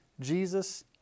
Jesus